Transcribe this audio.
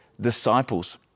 disciples